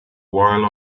while